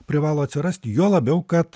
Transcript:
privalo atsirasti juo labiau kad